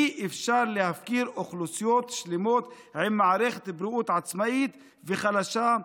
אי-אפשר להפקיר אוכלוסיות שלמות עם מערכת בריאות עצמאית וחלשה,